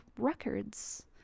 Records